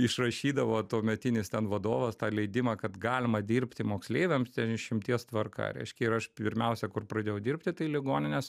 išrašydavo tuometinis ten vadovas tą leidimą kad galima dirbti moksleiviams ten išimties tvarka reiškia ir aš pirmiausia kur pradėjau dirbti tai ligoninės